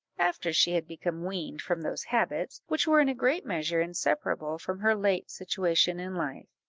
after she had become weaned from those habits which were in a great measure inseparable from her late situation in life.